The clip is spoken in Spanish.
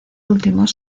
últimos